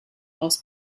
aus